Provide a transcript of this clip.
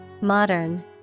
Modern